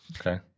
Okay